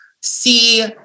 see